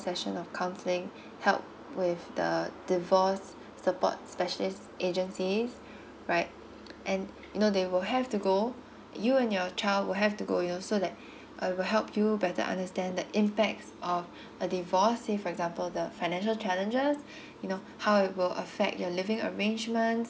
session of counselling help with the divorce support specialist agency right and you know they will have go you and your child will have to go you know so that it will help you better understand that impacts of a divorced say for example the financial challenges you know how it will affect your living arrangements